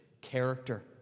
character